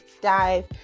dive